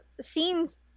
scenes